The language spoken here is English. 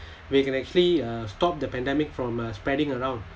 we can actually uh stop the pandemic from uh spreading around